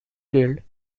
killed